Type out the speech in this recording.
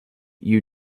you